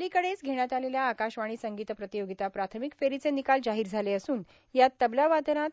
अलिकडेच घेण्यात आलेल्या आकाशवाणी संगीत प्रतियोगिता प्राथमिक फेरीचे निकाल जाहीर झाले असून यात तबलावादनात